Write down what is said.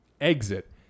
exit